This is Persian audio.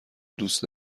دوست